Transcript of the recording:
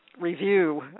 review